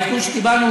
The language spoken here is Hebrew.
מהעדכון שקיבלנו,